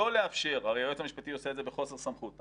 לא לאפשר הרי היועץ המשפטי עושה את זה בחוסר סמכות,